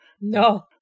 no